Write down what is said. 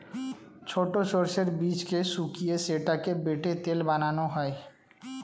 ছোট সর্ষের বীজকে শুকিয়ে সেটাকে বেটে তেল বানানো হয়